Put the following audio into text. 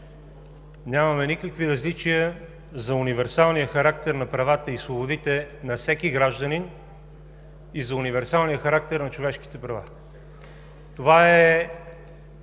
нямаме никакви различия за универсалния характер на правата и свободите на всеки гражданин и за универсалния характер на човешките права. Това е